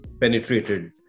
penetrated